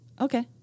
Okay